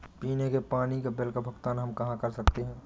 पीने के पानी का बिल का भुगतान हम कहाँ कर सकते हैं?